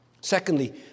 Secondly